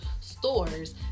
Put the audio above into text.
stores